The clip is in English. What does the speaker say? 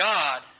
God